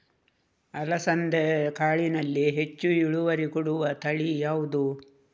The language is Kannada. ಅಲಸಂದೆ ಕಾಳಿನಲ್ಲಿ ಹೆಚ್ಚು ಇಳುವರಿ ಕೊಡುವ ತಳಿ ಯಾವುದು?